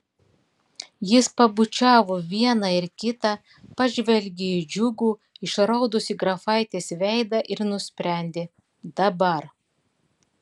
jis pabučiavo vieną ir kitą pažvelgė į džiugų išraudusį grafaitės veidą ir nusprendė dabar